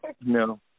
No